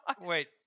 Wait